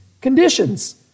conditions